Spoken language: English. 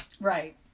Right